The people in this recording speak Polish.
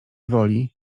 woli